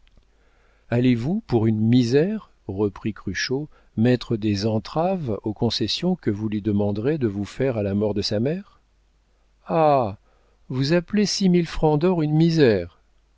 allez-vous pour une misère reprit cruchot mettre des entraves aux concessions que vous lui demanderez de vous faire à la mort de sa mère ah vous appelez six mille francs d'or une misère